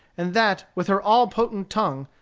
and that, with her all-potent tongue,